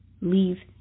leave